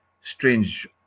strange